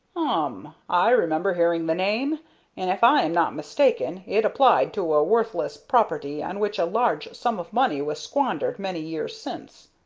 um! i remember hearing the name and, if i am not mistaken, it applied to a worthless property on which a large sum of money was squandered many years since.